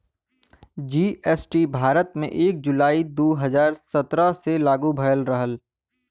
GST Bharat में एक जुलाई दू हजार सत्रह से लागू भयल रहल